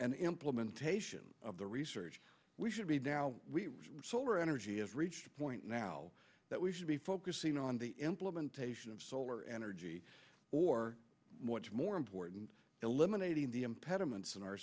an implementation of the research we should be now we are energy have reached a point now that we should be focusing on the implementation of solar energy or what's more important eliminating the impediments in our